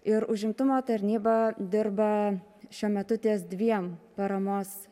ir užimtumo tarnyba dirba šiuo metu ties dviem paramos